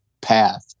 path